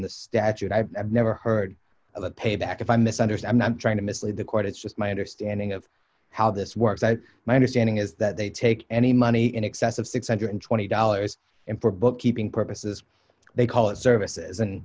the statute i have never heard of a payback if i misunderstood i'm not trying to mislead the court it's just my understanding of how this works and my understanding is that they take any money in excess of six hundred and twenty dollars and for bookkeeping purposes they call it services and